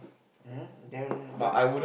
[uh hm] then what